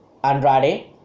andrade